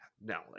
No